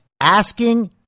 asking